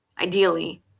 Ideally